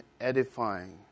edifying